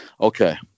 Okay